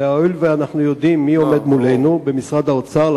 והואיל ואנחנו יודעים מי עומד מולנו במשרד האוצר,